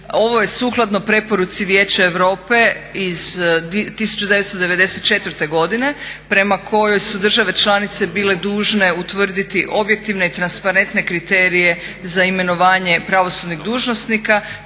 Ovo je sukladno preporuci Vijeća Europe iz 1994. godine prema kojoj su države članice bile dužne utvrditi objektivne i transparentne kriterije za imenovanje pravosudnih dužnosnika,